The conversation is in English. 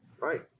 Right